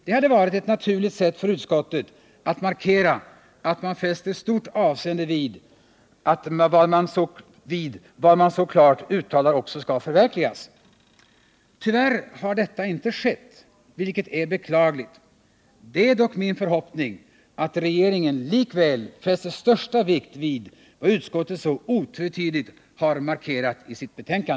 Det hade varit ett naturligt sätt för utskottet att markera att man fäster stort avseende vid att vad man så klart uttalar också skall förverkligas. Tyvärr har detta inte skett, vilket är beklagligt. Det är dock min förhoppning att regeringen likväl fäster största vikt vid vad utskottet så otvetydigt har markerat i sitt betänkande.